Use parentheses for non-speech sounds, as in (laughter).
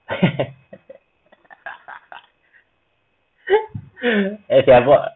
(laughs) as in I bought